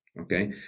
okay